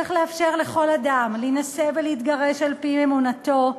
צריך לאפשר לכל אדם להינשא ולהתגרש על-פי אמונתו,